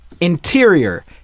Interior